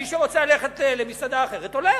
מי שרוצה ללכת למסעדה אחרת הולך.